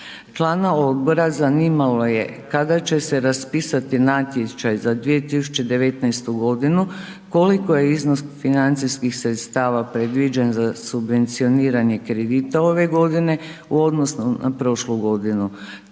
Člana odbora zanimalo je kada će se raspisati natječaj za 2019. godinu, koliko je iznos financijskih sredstava predviđen za subvencioniranje kredita ove godine u odnosu na prošlu godinu